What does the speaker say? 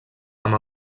amb